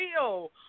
real